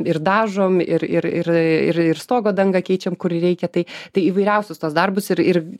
ir dažomi ir ir ir ir stogo dangą keičiam kur reikia tai tai įvairiausius tuos darbus ir ir